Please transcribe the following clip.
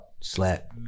slap